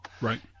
Right